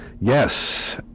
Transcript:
Yes